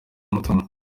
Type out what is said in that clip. n’umutungo